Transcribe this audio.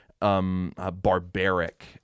Barbaric